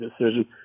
decision